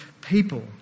people